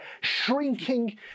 shrinking